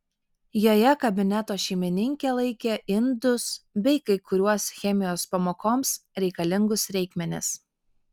joje kabineto šeimininkė laikė indus bei kai kuriuos chemijos pamokoms reikalingus reikmenis